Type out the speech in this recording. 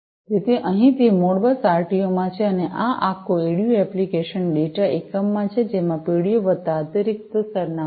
તેથી અહીં તે મોડબસ આરટીયુમાં છે અને આ આખું એડીયુ એપ્લિકેશન ડેટા એકમ છે જેમાં પીડિયું વત્તા અતિરિક્ત સરનામું છે